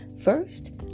First